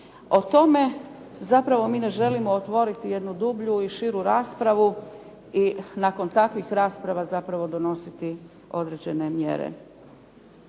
O tome zapravo mi ne želimo otvoriti jednu dublju i širu raspravu i nakon takvih rasprava zapravo donositi određene mjere.